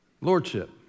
Lordship